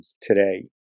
today